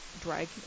drag